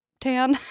tan